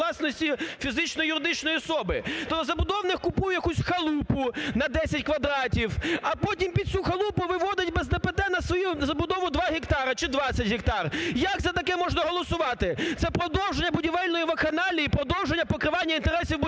власності фізичної, юридичної особи. Тобто забудовник купує якусь халупу на 10 квадратів, а потім під цю халупу виводить без ДПТ на свою забудову 2 гектари чи 20 гектар. Як за таке можна голосувати? Це продовження будівельної вакханалії, продовження покривання інтересів будівельних...